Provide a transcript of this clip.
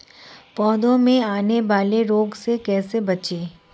पौधों में आने वाले रोग से कैसे बचें?